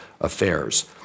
Affairs